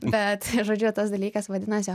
bet žodžiu tas dalykas vadinasi